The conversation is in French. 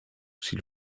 s’il